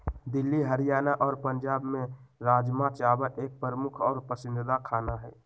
दिल्ली हरियाणा और पंजाब में राजमा चावल एक प्रमुख और पसंदीदा खाना हई